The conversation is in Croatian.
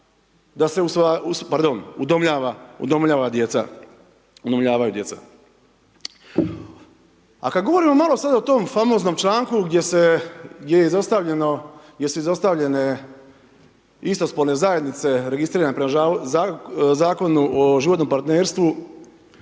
da se udomljavaju djeca. A kada govorimo malo o tom famoznom članku gdje su izostavljene istospolne zajednice registrirane prema Zakonu o životnom partnerstvu,